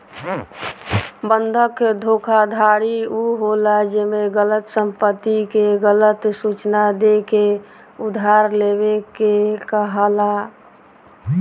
बंधक धोखाधड़ी उ होला जेमे गलत संपत्ति के गलत सूचना देके उधार लेवे के कहाला